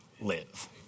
live